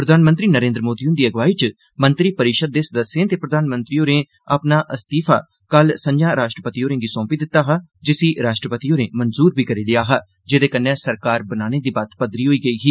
प्रधानमंत्री नरेन्द्र मोदी हुंदी अगुआई च मंत्रिपरिषद दे सदस्यें ते प्रधानमंत्री होरें अपना इस्तीफा कल संझां राष्ट्रपति होरेंगी सौंपी दिता हा जिसी राष्ट्रपति होरें मंजूर बी करी लेआ हा जेहदे कन्नै सरकार बनाने दी बत्त पदरी होई गेई ही